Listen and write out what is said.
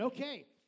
Okay